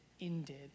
ended